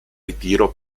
ritiro